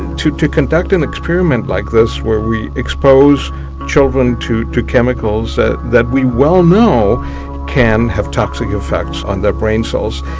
to to conduct an experiment like this where we expose children to to chemicals that that we well know can have toxic affects on their brain cells,